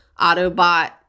Autobot